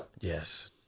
Yes